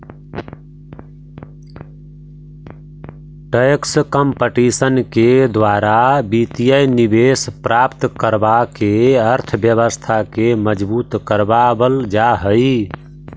tax competition के द्वारा वित्तीय निवेश प्राप्त करवा के अर्थव्यवस्था के मजबूत करवा वल जा हई